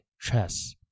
chess